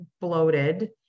bloated